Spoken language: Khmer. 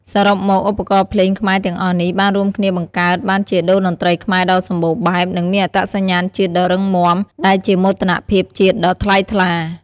សរុបមក ឧបករណ៍ភ្លេងខ្មែរទាំងអស់នេះ បានរួមគ្នាបង្កើតបានជាតូរ្យតន្ត្រីខ្មែរដ៏សម្បូរបែប និងមានអត្តសញ្ញាណជាតិដ៏រឹងមាំ ដែលជាមោទនភាពជាតិដ៏ថ្លៃថ្លា។